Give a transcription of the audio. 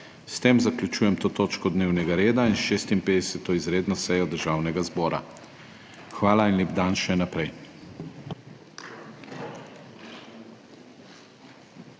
S tem zaključujem to točko dnevnega reda in 56. izredno sejo Državnega zbora. Hvala in lep dan še naprej.